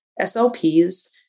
SLPs